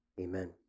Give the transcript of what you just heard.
amen